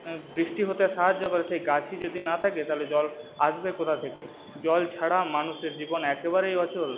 বৃষ্টি হতে সাহায্য করে সেই গাছই যদি না থাকে তাহলে জল আসবে কোথা থেকে জল ছাড়া মানুষের জীবন একেবারেই অচল